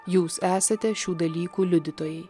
jūs esate šių dalykų liudytojai